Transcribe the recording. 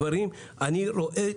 קודם כל, אני רוצה